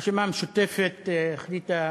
הרשימה המשותפת החליטה